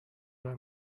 راه